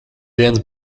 dienas